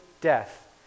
death